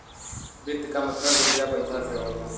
वित्त क मतलब रुपिया पइसा से होला